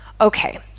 okay